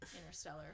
Interstellar